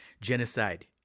genocide